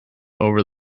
over